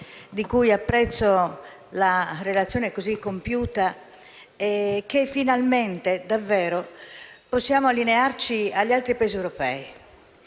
di cui apprezzo la relazione così compiuta, che finalmente davvero possiamo allinearci agli altri Paesi europei